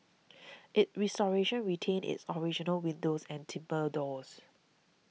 its restoration retained its original windows and timbre doors